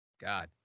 God